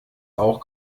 auch